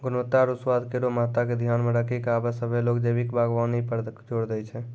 गुणवत्ता आरु स्वाद केरो महत्ता के ध्यान मे रखी क आबे सभ्भे लोग जैविक बागबानी पर जोर दै छै